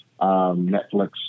Netflix